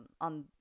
on